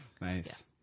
Nice